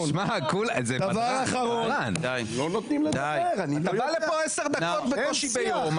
אתה בא לפה עשר דקות בקושי ביום,